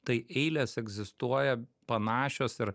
tai eilės egzistuoja panašios ir